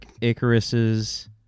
Icarus's